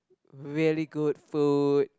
really good food